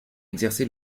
exercé